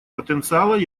потенциала